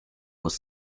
was